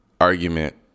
argument